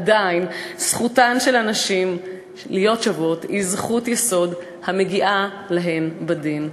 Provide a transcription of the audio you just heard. עדיין זכותן של הנשים להיות שוות היא זכות יסוד המגיעה להן בדין.